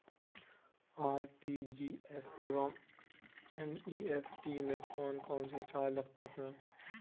RTGS एवं NEFT में कौन कौनसे चार्ज लगते हैं?